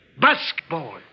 Basketball